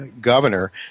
governor